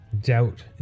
doubt